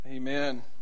Amen